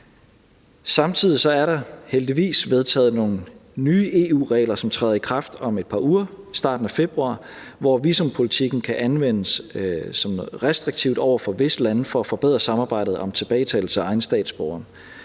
Samtidig er der heldigvis vedtaget nogle nye EU-regler, som træder i kraft om et par uger, i starten af februar, hvor visumpolitikken kan anvendes restriktivt over for visse lande for at forbedre samarbejdet om tilbagetagelse af egne statsborgere.